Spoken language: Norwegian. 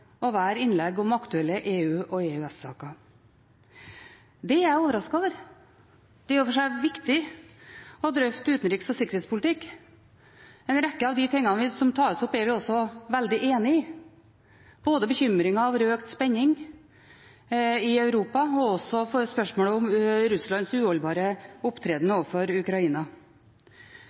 er i og for seg viktig å drøfte utenriks- og sikkerhetspolitikk, og en rekke av de tingene som tas opp, er vi også veldig enig i, både bekymringen over økt spenning i Europa og spørsmålet om Russlands uholdbare opptreden overfor Ukraina.